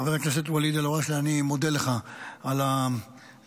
חבר הכנסת ואליד אלהואשלה, אני מודה לך על השמת